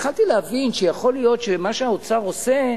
התחלתי להבין שיכול להיות שמה שהאוצר עושה,